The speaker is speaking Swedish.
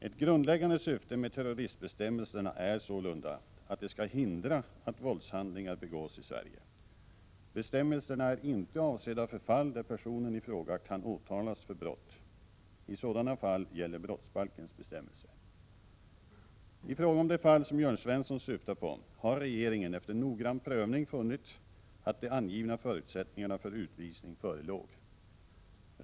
Ett grundläggande syfte med terroristbestämmelserna är sålunda att de skall hindra att våldshandlingar begås i Sverige. Bestämmelserna är inte avsedda för fall där personen i fråga kan åtalas för brott. I sådana fall gäller brottsbalkens bestämmelser. I fråga om de fall som Jörn Svensson syftar på har regeringen efter noggrann prövning funnit att de angivna förutsättningarna för utvisning förelåg.